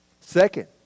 Second